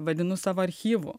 vadinu savo archyvu